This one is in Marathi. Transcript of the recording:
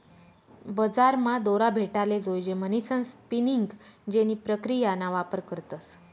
बजारमा दोरा भेटाले जोयजे म्हणीसन स्पिनिंग जेनी प्रक्रियाना वापर करतस